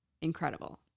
incredible